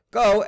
go